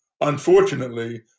Unfortunately